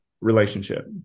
relationship